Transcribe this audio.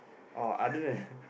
oh other than